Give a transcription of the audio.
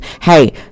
hey